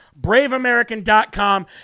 Braveamerican.com